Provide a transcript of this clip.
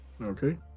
Okay